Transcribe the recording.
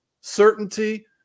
Certainty